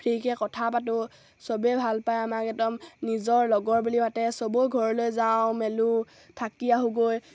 ফ্ৰীকৈ কথা পাতোঁ সবেই ভাল পায় আমাক একদম নিজৰ লগৰ বুলি মাতে সবৰ ঘৰলৈ যাওঁ মেলোঁ থাকি আহোঁগৈ